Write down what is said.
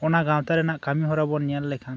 ᱚᱱᱟ ᱜᱟᱶᱛᱟ ᱨᱮᱱᱟᱜ ᱠᱟᱹᱢᱤᱦᱚᱨᱟᱵᱩᱱ ᱧᱮᱞ ᱞᱮᱠᱷᱟᱱ